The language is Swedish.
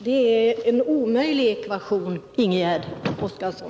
Det är en omöjlig ekvation, Ingegärd Oskarsson.